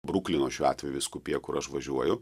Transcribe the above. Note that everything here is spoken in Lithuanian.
bruklino šiuo atveju vyskupija kur aš važiuoju